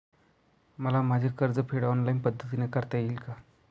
मला माझे कर्जफेड ऑनलाइन पद्धतीने करता येईल का?